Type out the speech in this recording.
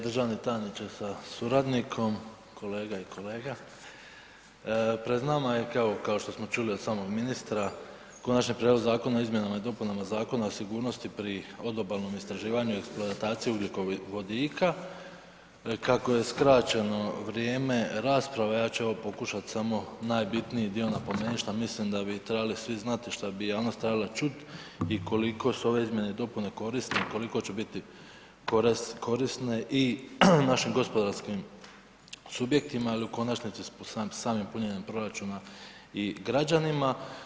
Državni tajniče sa suradnikom, kolega i kolega, pred nama je kao što smo čuli od samog ministra Konačni prijedlog Zakona o izmjenama i dopunama Zakona o sigurnosti pri odobalnom istraživanju i eksploataciji ugljikovodika, kako je skraćeno vrijeme rasprave ja ću ovo pokušati samo najbitniji dio napomenuti šta mislim da bi svi trebali znati, šta bi javnost trebala čuti i koliko su ove izmjene i dopune korisne, koliko će biti korisne i našim gospodarskim subjektima, al u konačnici samim punjenjem proračuna i građanima.